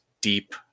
deep